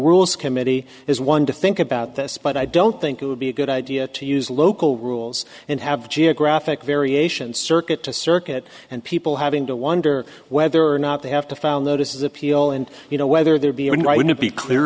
rules committee is one to think about this but i don't think it would be good idea to use local rules and have geographic variations circuit to circuit and people having to wonder whether or not they have to found though this is appeal and you know whether there be any right to be clear